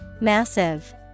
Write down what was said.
Massive